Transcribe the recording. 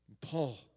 Paul